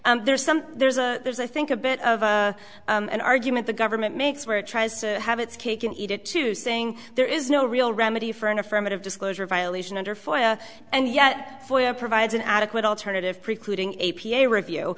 say there's some there's a there's i think a bit of an argument the government makes where it tries to have its cake and eat it too saying there is no real remedy for an affirmative disclosure violation under fire and yet provides an adequate alternative precluding a p a review